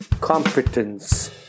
competence